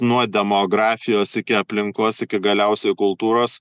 nuo demografijos iki aplinkos iki galiausiai kultūros